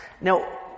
Now